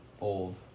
Old